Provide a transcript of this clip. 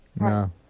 No